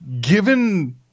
given